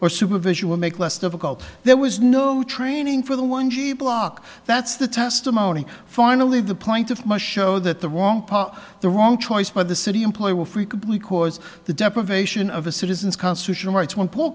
or supervision will make less difficult there was no training for the one g block that's the testimony finally the point of my show that the wrong part of the wrong choice by the city employee will frequently cause the deprivation of a citizens constitutional rights one po